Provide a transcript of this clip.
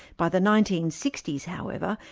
by the nineteen sixty s, however,